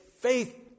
faith